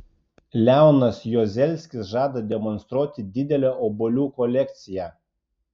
leonas juozelskis žada demonstruoti didelę obuolių kolekciją